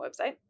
website